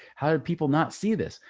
how did people not see this?